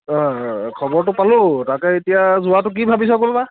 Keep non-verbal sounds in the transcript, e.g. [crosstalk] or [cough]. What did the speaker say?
অঁ খবৰটো পালোঁ তাকে এতিয়া যোৱাটো কি ভাবিছ' [unintelligible]